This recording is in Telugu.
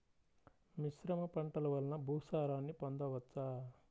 మిశ్రమ పంటలు వలన భూసారాన్ని పొందవచ్చా?